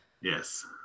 Yes